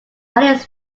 highly